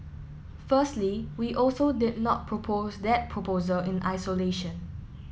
firstly we also did not propose that proposal in isolation